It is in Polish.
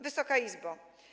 Wysoka Izbo!